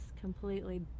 completely